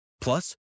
Plus